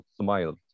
smiled